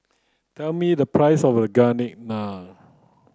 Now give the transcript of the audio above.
tell me the price of garlic naan